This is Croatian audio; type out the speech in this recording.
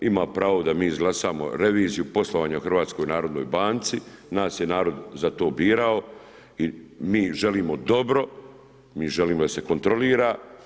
Ima pravo da mi izglasamo reviziju poslovanja u HNB-u, nas je narod za to birao i mi želimo dobro, mi želimo da se kontrolira.